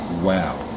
Wow